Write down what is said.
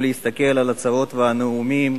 אם להסתכל על ההצהרות ועל הנאומים,